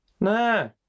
No